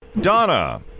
Donna